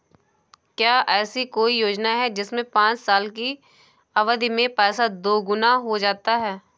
क्या ऐसी कोई योजना है जिसमें पाँच साल की अवधि में पैसा दोगुना हो जाता है?